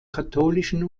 katholischen